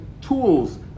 tools